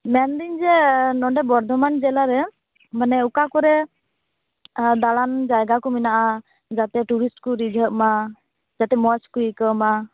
ᱢᱮᱱ ᱫᱤᱧ ᱡᱮ ᱱᱚᱸᱰᱮ ᱵᱚᱨᱫᱷᱚᱢᱟᱱ ᱡᱮᱞᱟ ᱨᱮ ᱢᱟᱱᱮ ᱚᱠᱟᱠᱚᱨᱮ ᱫᱟᱬᱟᱱ ᱡᱟᱭᱜᱟ ᱠᱚ ᱢᱮᱱᱟᱜᱼᱟ ᱜᱟᱛᱮ ᱴᱩᱨᱤᱥᱴ ᱠᱚ ᱨᱤᱡᱷᱟ ᱜ ᱢᱟ ᱠᱟ ᱴᱤᱡ ᱢᱚᱸᱡ ᱠᱚ ᱟᱹᱭᱠᱟ ᱣᱢᱟ